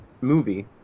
movie